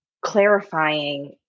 clarifying